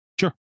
Sure